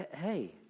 Hey